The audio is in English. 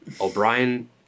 O'Brien